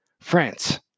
France